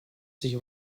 sich